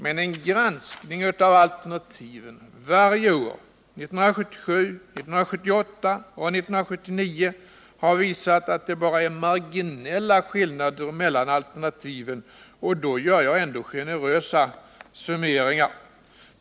Men en granskning av alternativen varje år — 1977, 1978 och 1979 — har visat att det bara är marginella skillnader mellan alternativen; och då gör jag ändå generösa summeringar.